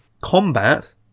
Combat